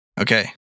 Okay